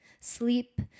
Sleep